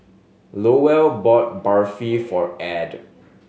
Lowell bought Barfi for Add